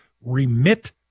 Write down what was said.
remit